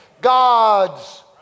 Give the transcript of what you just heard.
God's